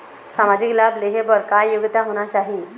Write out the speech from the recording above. सामाजिक लाभ लेहे बर का योग्यता होना चाही?